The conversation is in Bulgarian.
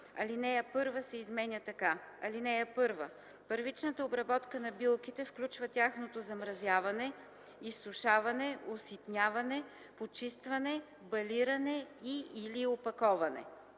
Алинея 1 се изменя така: „(1) Първичната обработка на билките включва тяхното замразяване, изсушаване, оситняване, почистване, балиране и/или опаковане.”